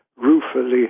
Ruefully